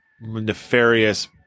nefarious